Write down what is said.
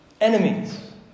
Enemies